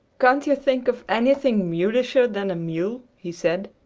can't you think of anything mulisher than a mule? he said.